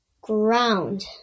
ground